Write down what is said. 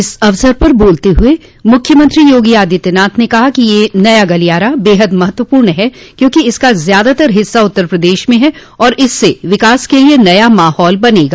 इस अवसर पर बोलते हुए मुख्यमंत्री योगी आदित्यनाथ ने कहा कि यह नया गलियारा बेहद महत्वपूण है क्योंकि इसका ज्यादातर हिस्सा उत्तर प्रदेश में है और इससे विकास के लिए नया माहौल बनेगा